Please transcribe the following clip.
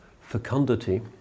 fecundity